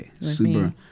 super